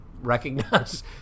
recognize